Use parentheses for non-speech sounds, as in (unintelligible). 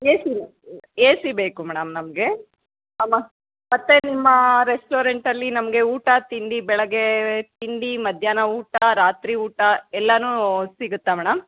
A C (unintelligible) A C ಬೇಕು madam ನಮಗೆ ನಮ್ಮ ಮತ್ತೆ ನಿಮ್ಮ ರೆಸ್ಟೋರೆಂಟಲ್ಲಿ ನಮಗೆ ಊಟ ತಿಂಡಿ ಬೆಳಗ್ಗೆ ತಿಂಡಿ ಮಧ್ಯಾಹ್ನ ಊಟ ರಾತ್ರಿ ಊಟ ಎಲ್ಲಾ ಸಿಗುತ್ತಾ ಮೇಡಮ್